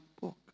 book